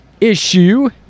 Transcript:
issue